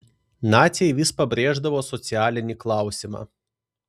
naciai vis pabrėždavo socialinį klausimą